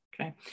Okay